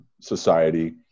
society